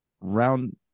round